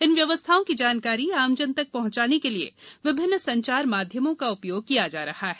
इन व्यवस्थाओं की जानकारी आमजन तक पहँचाने के लिये विभिन्न संचार माध्यमों का उपयोग किया जा रहा है